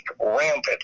rampant